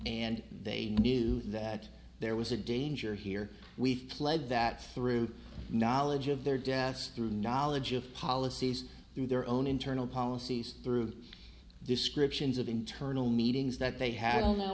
and they knew that there was a danger here we fled that through knowledge of their deaths through knowledge of policies through their own internal policies through descriptions of internal meetings that they had on